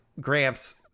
Gramps